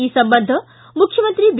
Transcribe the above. ಈ ಸಂಬಂಧ ಮುಖ್ಯಮಂತ್ರಿ ಬಿ